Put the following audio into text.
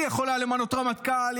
היא יכולה למנות רמטכ"ל,